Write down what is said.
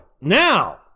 Now